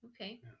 okay